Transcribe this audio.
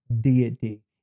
deity